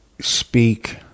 speak